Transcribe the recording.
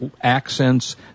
accents